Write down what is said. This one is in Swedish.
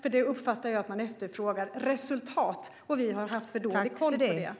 Jag uppfattar nämligen att det som efterfrågas är resultat, och vi har haft för dålig koll på det.